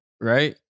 right